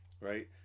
Right